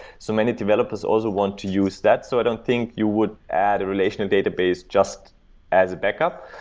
so many developers also want to use that, so i don't think you would add a relational database just as a backup,